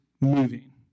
moving